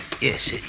Yes